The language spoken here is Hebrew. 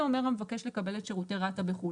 אומר "המבקש לקבל את שירותי רת"א בחו"ל".